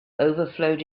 overflowed